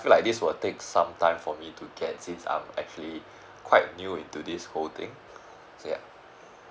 like this will take some time for me to get since I'm actually quite new into this whole thing say